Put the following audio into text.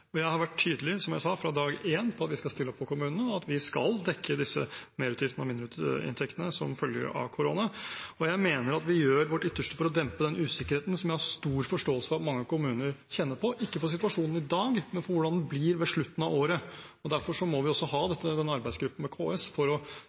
Jeg har vært tydelig, som jeg sa, fra dag én på at vi skal stille opp for kommunene, og at vi skal dekke disse merutgiftene og mindreinntektene som følger av korona. Jeg mener at vi gjør vårt ytterste for å dempe den usikkerheten som jeg har stor forståelse for at mange kommuner kjenner på – ikke for situasjonen i dag, men for hvordan den blir ved slutten av året. Derfor må vi også ha